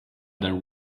than